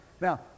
Now